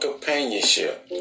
companionship